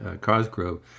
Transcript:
Cosgrove